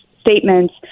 statements